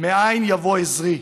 מאין יבֹא עזרי.